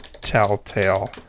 Telltale